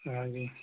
हाँ जी